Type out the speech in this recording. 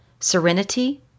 serenity